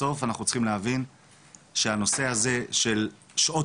בסוף אנחנו צריכים להבין שהנושא הזה של שעות